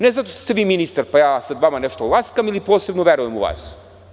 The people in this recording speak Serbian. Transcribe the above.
Ne zato što ste vi ministar pa ja sada vama nešto laskam ili posebno verujem u vas.